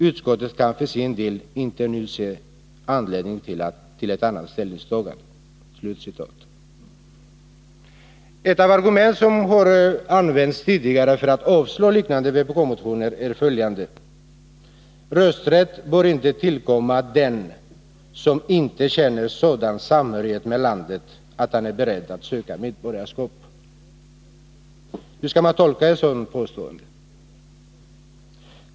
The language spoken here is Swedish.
Utskottet kan för sin del inte nu se anledning till ett annat ställningstagande —==.” Ett av de argument som har använts tidigare för att avstyrka liknande vpk-motioner är följande: ”Rösträtt bör inte tillkomma den som inte känner sådan samhörighet med landet att han är beredd att söka medborgarskap.” Hur skall man tolka ett sådant påstående?